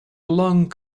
long